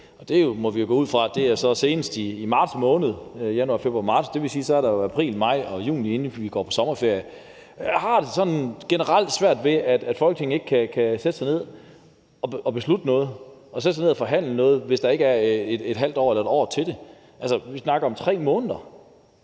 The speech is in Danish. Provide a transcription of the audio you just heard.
det må vi jo gå ud fra er senest i marts måned – januar, februar, marts. Det vil sige, at der jo er april, maj og juni, inden vi går på sommerferie. Jeg har det generelt svært ved, at Folketinget ikke kan sætte sig ned og beslutte noget og forhandle noget, hvis der ikke er et halvt år eller et år til det. Altså, vi snakker om 3 måneder.